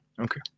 Okay